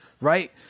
right